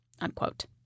unquote